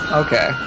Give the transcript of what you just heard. okay